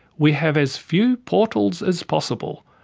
we have as few portals as possible,